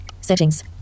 Settings